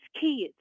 kids